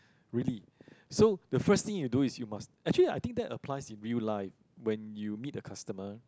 really so the first thing you do is you must actually I think that applies in real life when you meet a customer